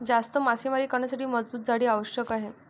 जास्त मासेमारी करण्यासाठी मजबूत जाळी आवश्यक आहे